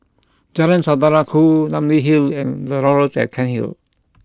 Jalan Saudara Ku Namly Hill and The Laurels at Cairnhil l